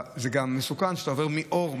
זה גם מסוכן, כשאתה עובר מאור,